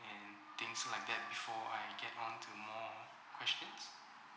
and things like that before I get on to more questions